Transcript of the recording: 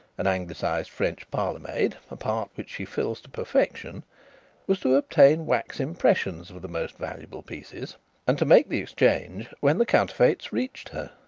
an anglicised french parlourmaid a part which she fills to perfection was to obtain wax impressions of the most valuable pieces and to make the exchange when the counterfeits reached her.